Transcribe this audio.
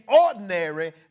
ordinary